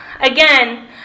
again